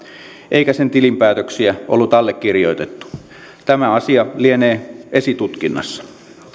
eikä sen tilinpäätöksiä ollut allekirjoitettu tämä asia lienee esitutkinnassa